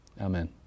Amen